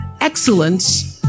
excellence